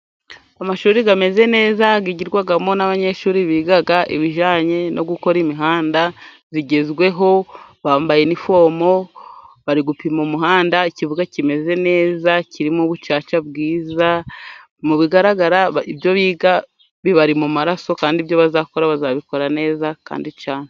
Amashuri ameze neza higiramo abanyeshuri ,biga ibijyanye no gukora imihanda bigezweho bambaye inifomo bari gupima umuhanda, ikibuga kimeze neza kirimo ubucaca bwiza, mu bigaragara ibyo biga bibari mu maraso kandi ibyo bazakora bazabikora neza.